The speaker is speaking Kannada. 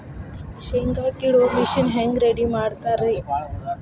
ಶೇಂಗಾ ಕೇಳುವ ಮಿಷನ್ ಹೆಂಗ್ ರೆಡಿ ಮಾಡತಾರ ರಿ?